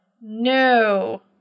No